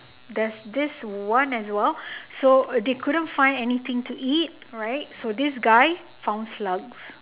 there's this one as well so they couldn't find anything to eat right so this guy found slugs